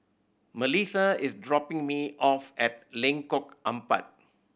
Malissa is dropping me off at Lengkok Empat